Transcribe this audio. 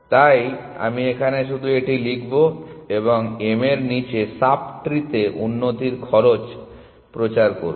তাই আমি এখানে শুধু এটি লিখব এবং m এর নিচে সাব ট্রি তে উন্নতির খরচ প্রচার করবো